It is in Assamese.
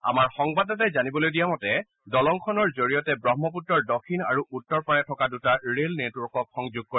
আমাৰ সংবাদদাতাই জানিবলৈ দিয়া মতে দলংখনৰ জৰিয়তে ব্ৰহ্মপুত্ৰৰ দক্ষিণ আৰু উত্তৰ পাৰে থকা দুটা ৰেল নেটৱৰ্কক সংযোগ কৰিব